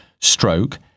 stroke